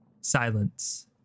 Silence